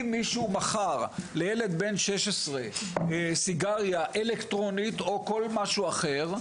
אם מישהו מכר לילד בן 16 סיגריה אלקטרונית או כל משהו אחר,